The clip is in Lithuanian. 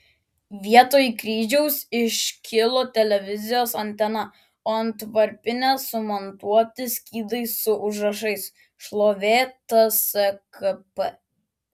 vietoj kryžiaus iškilo televizijos antena o ant varpinės sumontuoti skydai su užrašais šlovė tskp